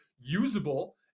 usable